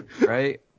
right